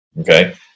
okay